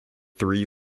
three